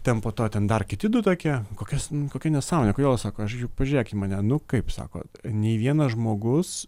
ten po to ten dar kiti du tokie kokios kokia nesąmonė kodėl sako pažiūrėk į mane nu kaip sako nei vienas žmogus